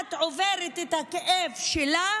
אחת עוברת את הכאב שלה